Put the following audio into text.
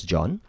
John